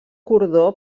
cordó